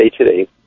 Today